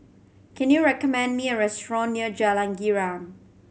can you recommend me a restaurant near Jalan Girang